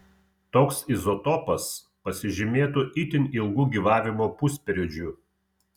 toks izotopas pasižymėtų itin ilgu gyvavimo pusperiodžiu